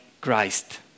Christ